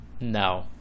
no